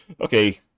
Okay